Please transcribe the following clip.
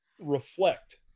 reflect